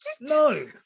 no